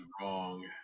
wrong